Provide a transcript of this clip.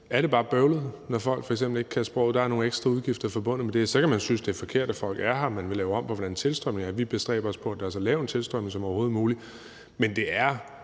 er det bare bøvlet, når folk f.eks. ikke kan sproget. Der er nogle ekstra udgifter forbundet med det. Så kan man synes, det er forkert, at folk er her, og at man vil lave om på, hvordan tilstrømningen er. Vi bestræber os på, at der er så lav en tilstrømning som overhovedet muligt, men det er